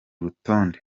rutonde